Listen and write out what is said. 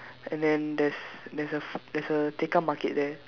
and then there's there's a f~ there's a Tekka market there